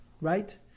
Right